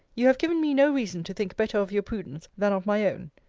you have given me no reason to think better of your prudence, than of my own.